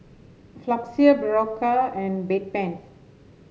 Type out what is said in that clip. Floxia Berocca and Bedpans